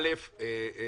אחת,